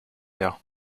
her